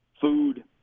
food